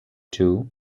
two